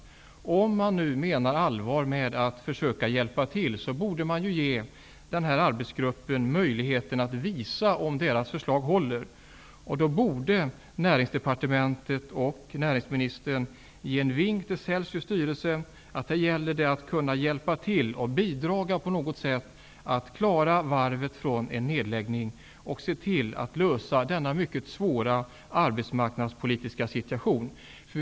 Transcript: Om man menar allvar med att försöka hjälpa till borde man ge denna arbetsgrupp möjligheten att visa om dess förslag håller. Då borde Näringsdepartementet och näringsministern ge en vink till Celsius styrelse att det gäller att kunna hjälpa till och på något sätt bidra till att klara varvet från en nedläggning och se till att komma till rätta med denna mycket svåra arbetsmarknadspolitiska situation.